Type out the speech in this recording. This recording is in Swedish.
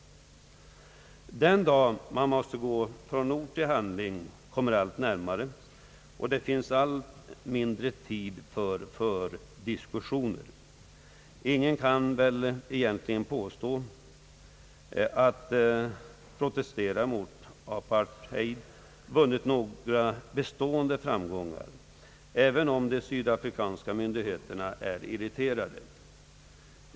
Den dag då man måste gå från ord till handling kommer allt närmare, det finns allt mindre tid för diskussioner. Ingen kan väl egentligen påstå att protesterna mot apartheidpolitiken vunnit några bestående framgångar, även om de sydafrikanska myndigheterna är irriterade.